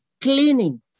cleaning